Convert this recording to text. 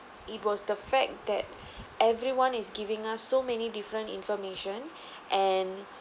it was the fact that everyone is giving us so many different information and